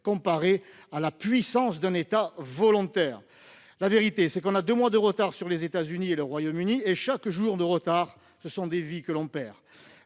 comparé à la puissance d'un État volontaire. La vérité, c'est que nous avons deux mois de retard sur les États-Unis et le Royaume-Uni. Et chaque jour de retard, ce sont des vies perdues.